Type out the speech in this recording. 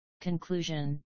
Conclusion